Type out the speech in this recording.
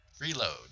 reload